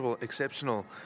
exceptional